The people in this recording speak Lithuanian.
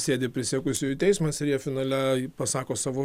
sėdi prisiekusiųjų teismas ir jie finale pasako savo